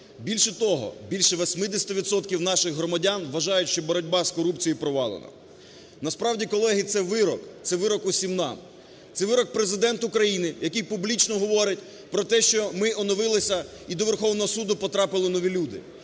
Більше того, більше 80 відсотків наших громадян вважають, що боротьба з корупцією провалена. Насправді, колеги, це вирок, це вирок усім нам, це вирок Президенту країни, який публічно говорить про те, що ми оновилися і до Верховного Суду потрапили нові люди.